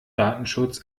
datenschutz